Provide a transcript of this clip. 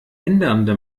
ändernde